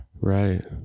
right